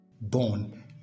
born